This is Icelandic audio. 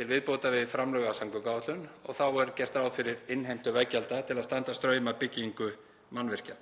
til viðbótar við framlög af samgönguáætlun. Þá er gert ráð fyrir innheimtu veggjalda til að standa straum af byggingu mannvirkja.